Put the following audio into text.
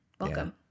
Welcome